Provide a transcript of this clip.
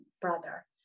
brother